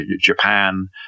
Japan